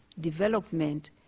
development